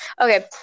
okay